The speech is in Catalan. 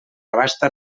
abasta